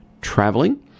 traveling